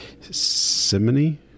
simony